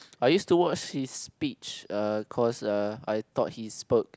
I use to watch his speech uh cause uh I thought he spoke